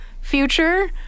future